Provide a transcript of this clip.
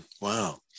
Wow